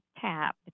TAP